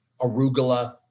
arugula